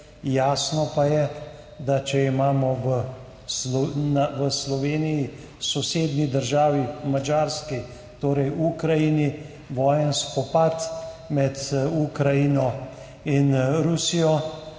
Jasno pa je, da če imamo v sosednji državi Madžarske, torej v Ukrajini, vojaški spopad med Ukrajino in Rusijo,